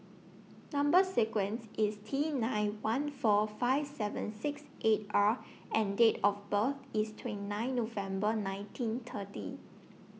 Number sequence IS T nine one four five seven six eight R and Date of birth IS twenty nine November nineteen thirty